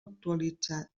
actualitzat